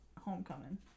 Homecoming